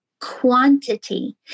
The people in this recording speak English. quantity